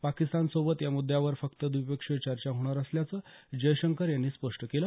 पाकिस्तान सोबत या मुद्यावर फक्त द्वी पक्षीय चर्चा होणार असल्याचं जयशंकर यांनी स्पष्ट केलं